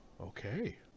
okay